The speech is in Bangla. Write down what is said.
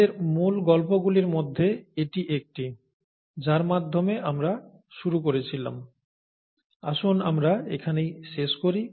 আমাদের মূল গল্প গুলির মধ্যে এটি একটি যার মাধ্যমে আমরা শুরু করেছিলাম আসুন আমরা এখানেই শেষ করি